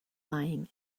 lying